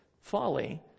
folly